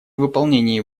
выполнении